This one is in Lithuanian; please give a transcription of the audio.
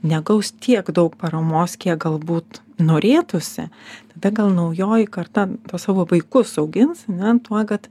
negaus tiek daug paramos kiek galbūt norėtųsi tada gal naujoji karta tuos savo vaikus augins ane tuo kad